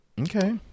Okay